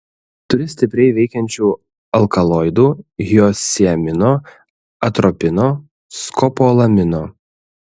turi stipriai veikiančių alkaloidų hiosciamino atropino skopolamino